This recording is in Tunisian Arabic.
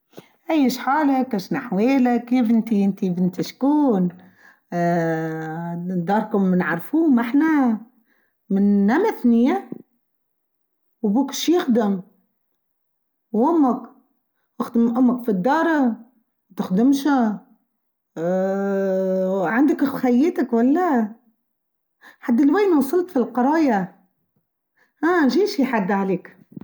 ايش حالك؟ ايش نحوالك؟ يا بنتي انتي بنتش كون؟ داركم منعرفوه ما احنا؟ مننمثني يا؟ وبوكش يخدم؟ وامك؟ واخدم امك في الدارة؟ تخدمش؟ عندك اخوهايتك ولا؟ حد الواين وصلت في القرية؟ ها جيش يحد عليك.